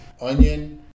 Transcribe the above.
onion